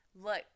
Look